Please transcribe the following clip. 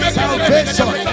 salvation